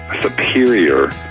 superior